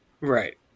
Right